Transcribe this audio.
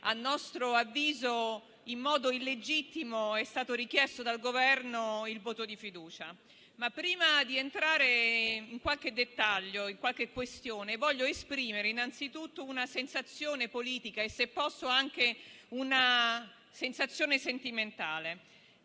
a nostro avviso in modo illegittimo è stato chiesto dal Governo il voto di fiducia. Prima di entrare nel dettaglio di qualche questione, voglio esprimere innanzitutto una sensazione politica e, se posso, anche sentimentale.